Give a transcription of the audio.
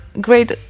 great